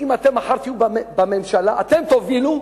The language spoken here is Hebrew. שאם אתם מחר תהיו בממשלה אתם תובילו,